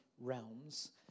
realms